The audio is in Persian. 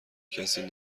کسی